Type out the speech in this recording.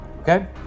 okay